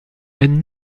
aide